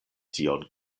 tion